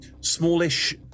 smallish